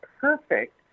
perfect